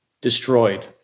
destroyed